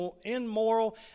immoral